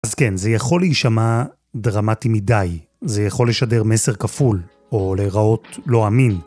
אז כן, זה יכול להישמע דרמטי מדי. זה יכול לשדר מסר כפול, או להראות לא אמין.